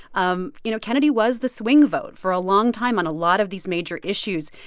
um you know, kennedy was the swing vote for a long time on a lot of these major issues,